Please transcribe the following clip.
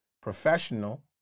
professional